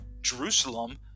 Jerusalem